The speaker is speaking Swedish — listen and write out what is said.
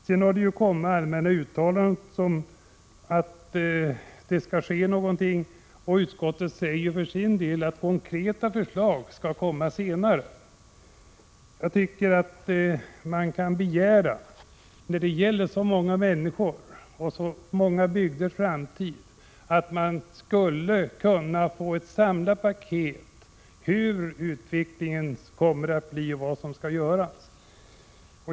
Sedan har det kommit allmänna uttalanden om att något skall ske. Utskottet säger för sin del att konkreta förslag skall komma senare. När det gäller framtiden för så många människor och så många bygder kan man begära en samlad bild av hur utvecklingen kommer att bli och vad som skall göras.